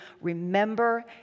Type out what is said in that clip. remember